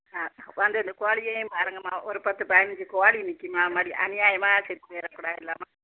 ஆ வந்து இந்த கோழியையும் பாருங்கம்மா ஒரு பத்து பதினஞ்சு கோழி நிக்கிதும்மா அம்மாடி அநியாயமாக செத்து போயிடக் கூடாதுல்லம்மா